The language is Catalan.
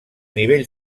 nivell